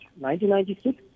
1996